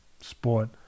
sport